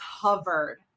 covered